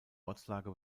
ortslage